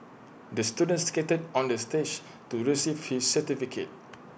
the student skated on the stage to receive his certificate